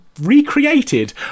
recreated